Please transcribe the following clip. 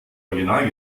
original